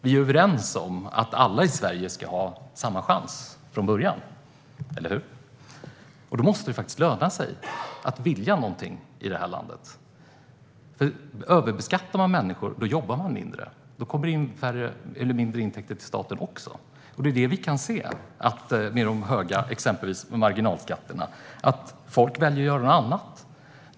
Vi är överens om att alla i Sverige ska ha samma chans från början, och då måste det löna sig att vilja någonting i det här landet. Om man överbeskattar människor jobbar de mindre, och då kommer det in mindre intäkter till staten. Vad gäller de höga marginalskatterna kan vi se att folk väljer att göra något annat.